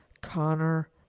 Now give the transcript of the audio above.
Connor